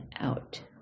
out